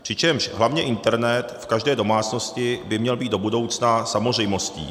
Přičemž hlavně internet v každé domácnosti by měl být do budoucna samozřejmostí.